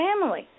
family